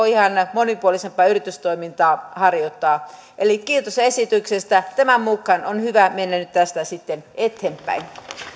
monipuolisempaa yritystoimintaa harjoittaa eli kiitos esityksestä tämän mukaan on hyvä mennä nyt tästä sitten eteenpäin